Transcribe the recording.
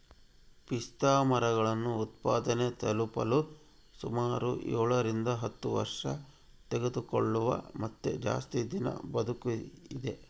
ಪಿಸ್ತಾಮರಗಳು ಉತ್ಪಾದನೆ ತಲುಪಲು ಸುಮಾರು ಏಳರಿಂದ ಹತ್ತು ವರ್ಷತೆಗೆದುಕೊಳ್ತವ ಮತ್ತೆ ಜಾಸ್ತಿ ದಿನ ಬದುಕಿದೆ